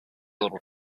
little